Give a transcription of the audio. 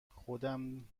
خودم